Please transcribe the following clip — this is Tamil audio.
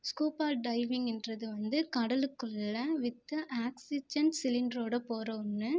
ஸ்கூப் ஆர் டிரைவிங்ன்றது வந்து கடலுக்குள்ள வித்து ஆக்சிஜன் சிலிண்டரோடு போகிற ஒன்று